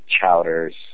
chowders